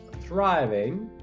thriving